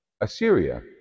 Assyria